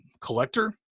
collector